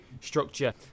structure